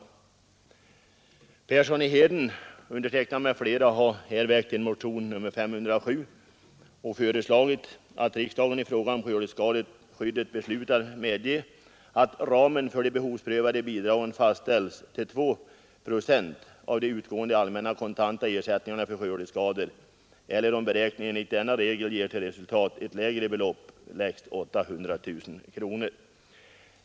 Herr Persson i Heden, undertecknad m.fl. har väckt motionen 507, i vilken vi föreslår att riksdagen i fråga om skördeskadeskyddet beslutar medge att ramen för de behovsprövade bidragen fastställs till 2 procent av de utgående allmänna kontanta ersättningarna för skördeskador eller om beräkningen enligt denna regel ger till resultat ett lägre belopp lägst 800 000 kronor.